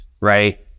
Right